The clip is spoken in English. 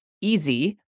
easy